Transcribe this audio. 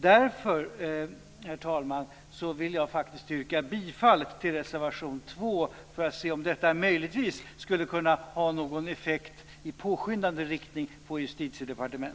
Därför, herr talman, vill jag yrka bifall till reservation 2, för att se om detta möjligtvis skulle kunna ha någon effekt på Justitiedepartementet i påskyndande riktning.